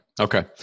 Okay